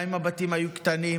גם אם הבתים היו קטנים,